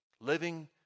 Living